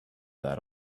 that